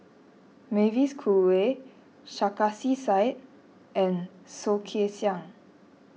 Mavis Khoo Oei Sarkasi Said and Soh Kay Siang